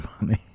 money